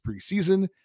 preseason